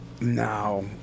No